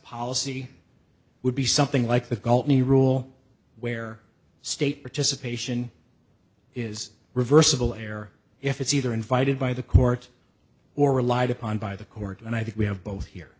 policy would be something like the cult new rule where state participation is reversible error if it's either invited by the court or relied upon by the court and i think we have both here